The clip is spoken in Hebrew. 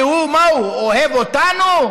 כי הוא, מה, הוא אוהב אותנו?